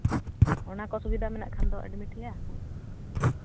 ᱚᱱᱟ ᱠᱚ ᱥᱩᱵᱤᱫᱷᱟ ᱢᱮᱱᱟᱜ ᱠᱷᱟᱱ ᱫᱚ ᱮᱰᱢᱤᱴ ᱦᱩᱭᱩᱜᱼᱟ